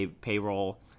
payroll